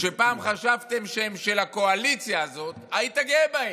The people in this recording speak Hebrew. שפעם חשבתם שהם של הקואליציה הזאת, היית גאה בהם.